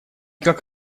как